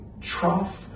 trough